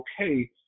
okay